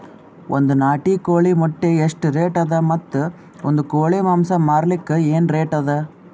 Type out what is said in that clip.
ಒಂದ್ ನಾಟಿ ಕೋಳಿ ಮೊಟ್ಟೆ ಎಷ್ಟ ರೇಟ್ ಅದ ಮತ್ತು ಒಂದ್ ಕೋಳಿ ಮಾಂಸ ಮಾರಲಿಕ ಏನ ರೇಟ್ ಅದ?